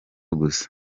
gusa